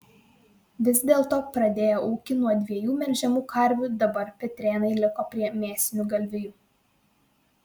vis dėlto pradėję ūkį nuo dviejų melžiamų karvių dabar petrėnai liko prie mėsinių galvijų